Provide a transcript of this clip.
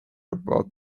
about